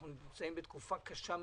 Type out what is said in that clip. אנחנו נמצאים בתקופה קשה מאוד.